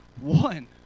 one